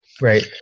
Right